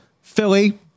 Philly